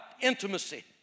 intimacy